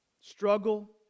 struggle